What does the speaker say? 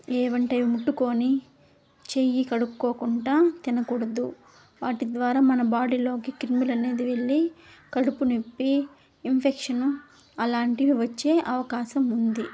ఏవంటే అవి ముట్టుకోని చెయ్యి కడుక్కోకుంటా తినకూడదు వాటి ద్వారా మన బాడీలోకి క్రిమిలు అనేది వెళ్ళి కడుపు నొప్పి ఇన్ఫెక్షన్ అలాంటివి వచ్చే అవకాశం ఉంది